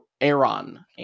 Aaron